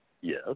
Yes